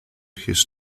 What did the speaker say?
his